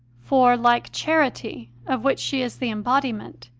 for, like charity, of which she is the embodiment,